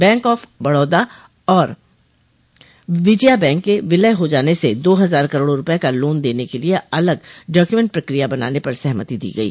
bank of Baroda और Vijaya bank के विलय हो जाने से दो हजार करोड़ रूपये का लोन लेने के लिए अलग डाक्यूमेंट प्रकिया बनाने पर सहमति दी गयी